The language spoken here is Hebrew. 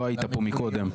לא היית פה מקודם.